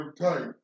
tight